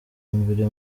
mbere